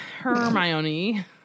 Hermione